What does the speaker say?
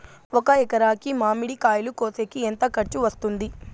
ఒక ఎకరాకి మామిడి కాయలు కోసేకి ఎంత ఖర్చు వస్తుంది?